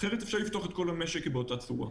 אחרת אפשר לפתוח את כל המשק באותה צורה.